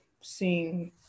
seeing